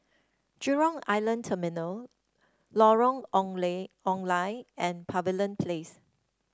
Jurong Island Terminal Lorong Ong Lye and Pavilion Place